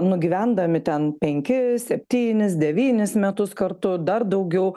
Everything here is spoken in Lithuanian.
nugyvendami ten penkis septynis devynis metus kartu dar daugiau